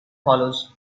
follows